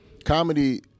Comedy